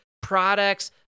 products